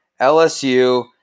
LSU